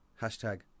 hashtag